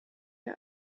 out